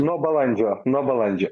nuo balandžio nuo balandžio